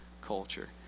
culture